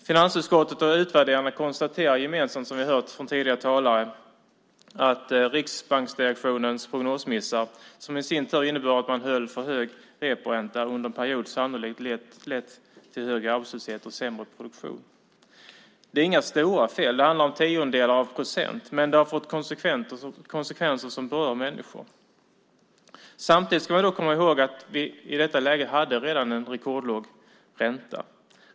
Finansutskottet och utvärderarna konstaterar gemensamt, som vi hört från tidigare talare, att riksbanksdirektionens prognosmissar, som i sin tur innebar att man höll för hög reporäntan under en period, sannolikt lett till högre arbetslöshet och sämre produktion. Det är inga stora fel. Det handlar om tiondelar av procent, men det har fått konsekvenser som berör människor. Samtidigt ska vi dock komma ihåg att vi i detta läge redan hade en rekordlåg ränta.